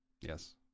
Yes